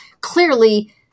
Clearly